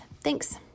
Thanks